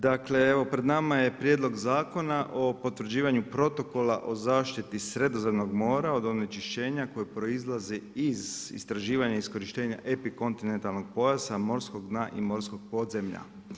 Dakle, pred nama je prijedlog zakona o potvrđivanju protokola o zaštiti Sredozemnog mora od nečišćena koje proizlaze iz proizlaze iz istraživanja, iskorištenja epikontinentalnog pojasa, morskog dna i morskog podzemlja.